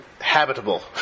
habitable